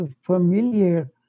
familiar